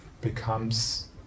becomes